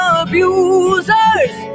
abusers